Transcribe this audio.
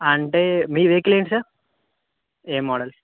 అంటే మీ వెహికల్ ఏంటి సార్ ఏ మోడల్